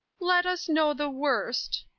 let us know the worst.